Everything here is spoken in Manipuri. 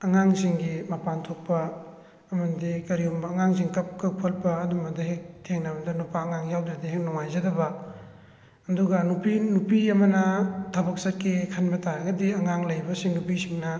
ꯑꯉꯥꯡꯁꯤꯡꯒꯤ ꯃꯄꯥꯟ ꯊꯣꯛꯄ ꯑꯃꯗꯤ ꯀꯔꯤꯒꯨꯝꯕ ꯑꯉꯥꯡꯁꯤꯡ ꯀꯞ ꯈꯣꯠꯄ ꯑꯗꯨꯝꯕꯗ ꯍꯦꯛ ꯊꯦꯡꯅꯕꯗ ꯅꯨꯄꯥ ꯑꯉꯥꯡ ꯌꯥꯎꯗ꯭ꯔꯗꯤ ꯍꯦꯛ ꯅꯨꯡꯉꯥꯏꯖꯗꯕ ꯑꯗꯨꯒ ꯅꯨꯄꯤ ꯅꯨꯄꯤ ꯑꯃꯅ ꯊꯕꯛ ꯆꯠꯀꯦ ꯈꯟꯕ ꯇꯥꯔꯒꯗꯤ ꯑꯉꯥꯡ ꯂꯩꯕꯁꯤꯡ ꯅꯨꯄꯤꯁꯤꯡꯅ